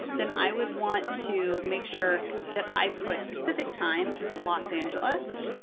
then i would want to make sure that i put pacific time los angeles,